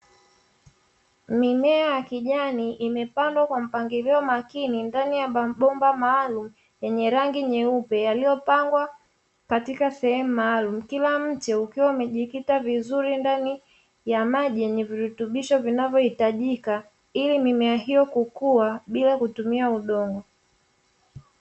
Mimea ya kijani imepangwa kwa mpangilio makini ndani ya mabomba maalumu yenye rangi nyeupe yaliyopangwa katika sehemu maalumu, kila mche ukiwa umejikita vizuri ndani ya maji yenye virutubisho vinavyohitajika ili mimea hiyo kukua bila kutumia udongo.